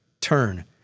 turn